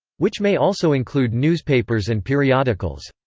which may also include newspapers and periodicals.